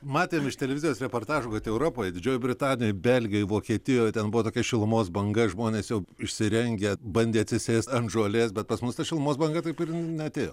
matėm iš televizijos reportažų kad europoj didžiojoj britanijoj belgijoj vokietijoj ten buvo tokia šilumos banga žmonės jau išsirengę bandė atsisėst ant žolės bet pas mus ta šilumos banga taip ir neatėjo